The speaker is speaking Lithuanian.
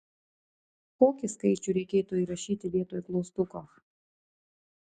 kokį skaičių reikėtų įrašyti vietoj klaustuko